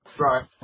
Right